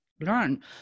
learn